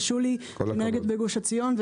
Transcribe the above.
נהגת בגוש עציון,